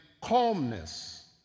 calmness